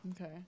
Okay